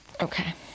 Okay